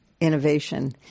innovation